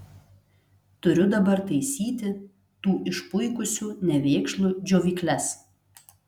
turiu dabar taisyti tų išpuikusių nevėkšlų džiovykles